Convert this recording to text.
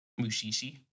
Mushishi